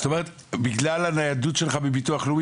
זאת אומרת בגלל הניידות שלך בביטוח לאומי